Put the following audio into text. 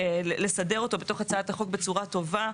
לסדר אותו בתוך הצעת החוק בצורה טובה.